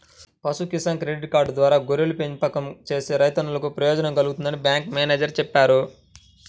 పశు Kisan credit card ద్వారా గొర్రెల పెంపకం చేసే రైతన్నలకు ప్రయోజనం కల్గుతుందని బ్యాంకు మేనేజేరు చెప్పారు